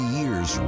years